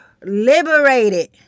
liberated